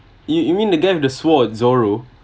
you you mean the guy with the sword zoro